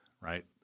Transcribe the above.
right